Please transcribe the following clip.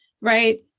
right